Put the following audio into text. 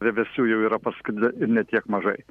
vieversių jau yra parskridę ir ne tiek mažai